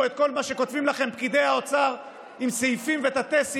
את כל מה שכותבים לכם פקידי האוצר עם סעיפים ותתי-סעיפים,